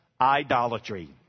idolatry